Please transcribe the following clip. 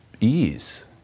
ease